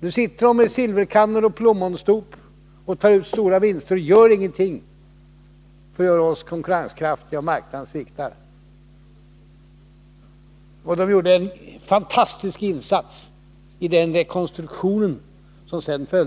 Nu sitter de med silverkannor och plommonstop och tar ut stora vinster men gör ingenting för att göra oss konkurrenskraftiga, och marknaden sviktar. De gjorde en fantastisk insats i den rekonstruktion som följde.